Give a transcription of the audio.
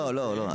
לא,